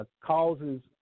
causes